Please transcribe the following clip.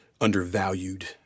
undervalued